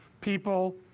people